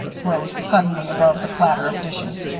rose suddenly above the clatter of dishes.